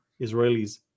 Israelis